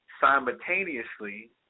simultaneously